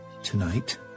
Tonight